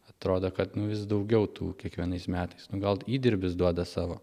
atrodo kad vis daugiau tų kiekvienais metais nu gal įdirbis duoda savo